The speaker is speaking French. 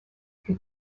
que